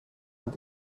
und